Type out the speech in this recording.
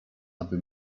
aby